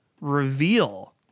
reveal